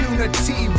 Unity